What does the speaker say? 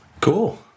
Cool